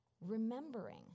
remembering